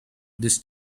this